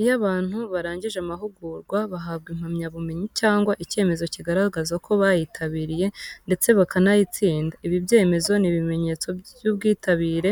Iyo abantu barangije amahugurwa, bahabwa impamyabumenyi cyangwa icyemezo kigaragaza ko bayitabiriye ndetse bakanayatsinda. Ibi byemezo ni ibimenyetso by’ubwitabire,